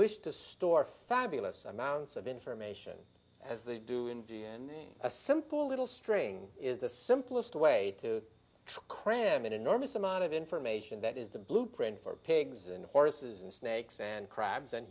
which to store fabulous amounts of information as they do in d and a simple little string is the simplest way to cram an enormous amount of information that is the blueprint for pigs and horses and snakes and crabs and